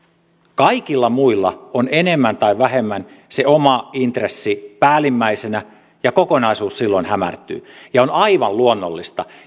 kaikilla muilla on enemmän tai vähemmän se oma intressi päällimmäisenä ja kokonaisuus silloin hämärtyy on aivan luonnollista